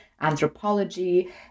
anthropology